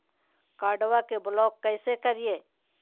कार्डबा के ब्लॉक कैसे करिए?